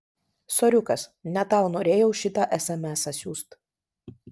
soriukas ne tau norėjau šitą esemesą siųst